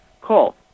Call